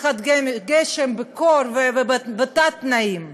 בגשם ובקור ובתת-תנאים.